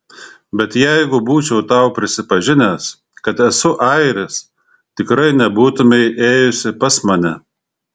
bet jeigu būčiau tau prisipažinęs kad esu airis tikrai nebūtumei ėjusi pas mane